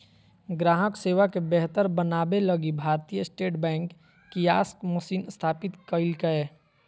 ग्राहक सेवा के बेहतर बनाबे लगी भारतीय स्टेट बैंक कियाक्स मशीन स्थापित कइल्कैय